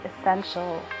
essential